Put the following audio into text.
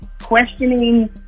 questioning